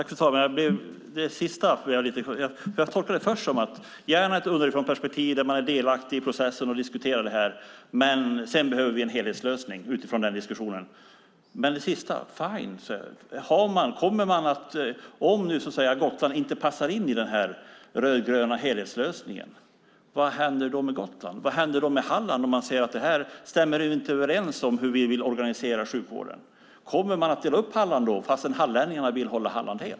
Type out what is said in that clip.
Fru talman! Jag tolkade det först som att man gärna vill ha ett underifrånperspektiv där man är delaktig i processen och diskuterar det här, men sedan behöver vi en helhetslösning utifrån den diskussionen. Fine, sade Mikael Johansson. Om Gotland inte passar in i den rödgröna helhetslösningen, vad händer då med Gotland? Vad händer med Halland om man ser att det här inte stämmer överens med hur man där vill organisera sjukvården? Kommer man att dela upp Halland då fast hallänningarna vill hålla Halland helt?